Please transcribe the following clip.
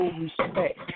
respect